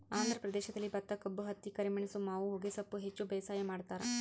ಆಂಧ್ರ ಪ್ರದೇಶದಲ್ಲಿ ಭತ್ತಕಬ್ಬು ಹತ್ತಿ ಕರಿಮೆಣಸು ಮಾವು ಹೊಗೆಸೊಪ್ಪು ಹೆಚ್ಚು ಬೇಸಾಯ ಮಾಡ್ತಾರ